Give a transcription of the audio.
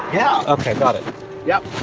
yeah ok. got it yep.